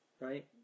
Right